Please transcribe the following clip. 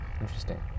interesting